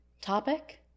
topic